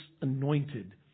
anointed